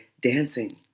Dancing